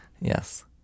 Yes